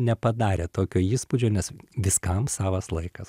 nepadarė tokio įspūdžio nes viskam savas laikas